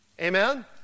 Amen